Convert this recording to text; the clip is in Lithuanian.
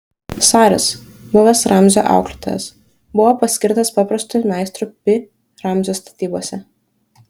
saris buvęs ramzio auklėtojas buvo paskirtas paprastu meistru pi ramzio statybose